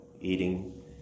eating